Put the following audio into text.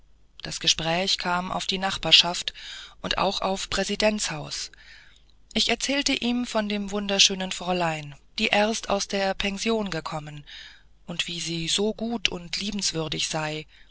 das gespräch kam auf die nachbarschaft und auch auf präsidents haus ich erzählte ihm von dem wunderschönen fräulein die erst aus der pension gekommen und wie sie so gut und liebenswürdig sei